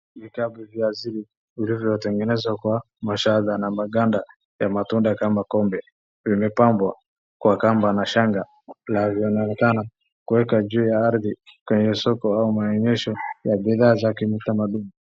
Vitabu vya asili vilivyotengenezwa kwa mashada na maganda ya matunda kama kombe, vimepambwa kwa kamba na shanga vionekana kuweka juu ya ardhi kwenye soko au maonyesho ya bidhaa za kimatamaduni.